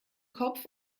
kopf